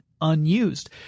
unused